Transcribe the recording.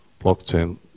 blockchain